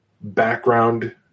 background